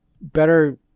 better